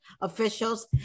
officials